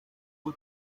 ubu